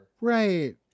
Right